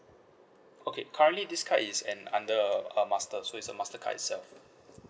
okay currently this card is an under uh master so is a mastercard itself